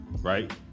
right